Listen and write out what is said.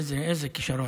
איזה, איזה כישרון.